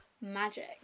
Magic